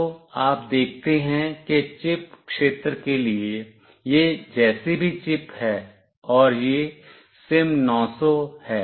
तो आप देखते हैं कि चिप क्षेत्र के लिए यह जैसी भी चिप है और यह सिम900 है